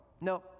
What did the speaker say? no